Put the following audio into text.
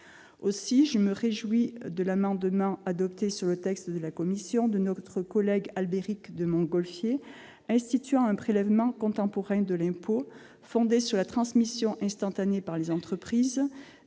Je me réjouis donc de l'adoption d'un amendement de notre collègue Albéric de Montgolfier instituant un prélèvement contemporain de l'impôt, fondé sur la transmission instantanée par les entreprises